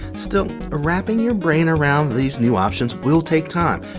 still, wrapping your brain around these new options will take time,